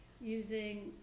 using